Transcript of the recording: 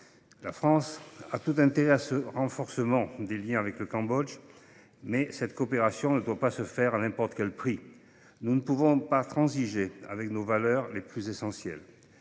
La France a tout intérêt à ce renforcement des liens avec le Cambodge, mais cette coopération ne doit pas se faire à n’importe quel prix. Nous ne pouvons transiger sur nos valeurs les plus essentielles.